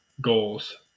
goals